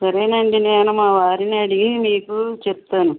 సరేనండి నేను మా వారిని అడిగి మీకు చెప్తాను